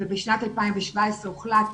בשנת 2017 הוחלט